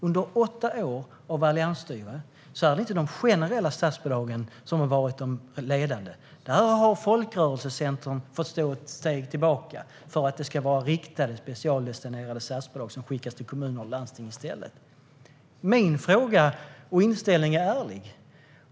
Under åtta år av alliansstyre är det inte de generella statsbidragen som har varit de ledande. Där har folkrörelsecentern fått ta ett steg tillbaka för att det i stället ska vara riktade, specialdestinerade statsbidrag som skickas till kommuner och landsting. Min fråga är ärlig, liksom min inställning.